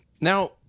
Now